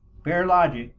bare logic,